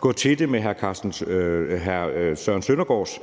gå til det med hr. Søren Søndergaards